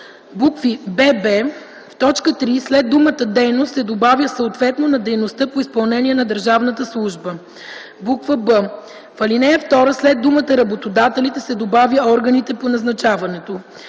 бб) в т. 3 след думата „дейност” се добавя „съответно на дейността по изпълнение на държавната служба”; б) в ал. 2 след думата „Работодателите” се добавя „органите по назначаването”.